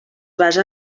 basa